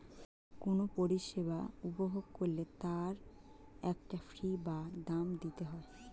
কোনো পরিষেবা উপভোগ করলে তার একটা ফী বা দাম দিতে হয়